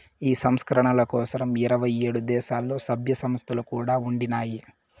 ఈ సంస్కరణల కోసరం ఇరవై ఏడు దేశాల్ల, సభ్య సంస్థలు కూడా ఉండినాయి